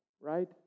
right